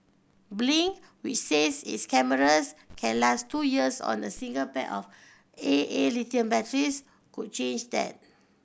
blink which says its cameras can last two years on a single pair of A A lithium batteries could change then